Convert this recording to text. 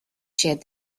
sheared